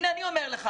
הנה אני אומר לך.